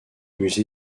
musée